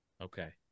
Okay